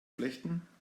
flechten